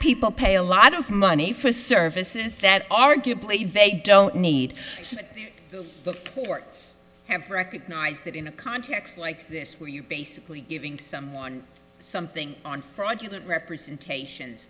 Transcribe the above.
people pay a lot of money for services that arguably they don't need the courts have recognized that in a context like this where you basically giving someone something on fraudulent representations